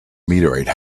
meteorite